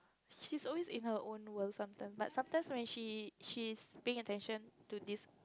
she's always in her own world sometimes but sometimes when she she is paying attention to this